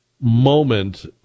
moment